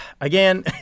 again